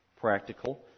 practical